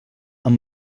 amb